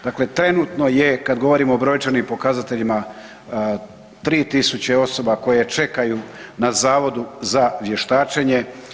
Dakle, trenutno je kad govorimo o brojčanim pokazateljima 3.000 osoba koje čekaju na Zavodu za vještačenje.